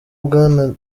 bwana